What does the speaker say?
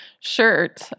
shirt